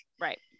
right